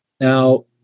Now